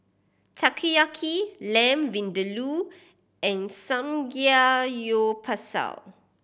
Takoyaki Lamb Vindaloo and Samgyeopsal